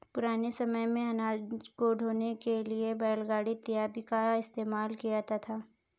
पुराने समय मेंअनाज को ढोने के लिए बैलगाड़ी इत्यादि का इस्तेमाल किया जाता था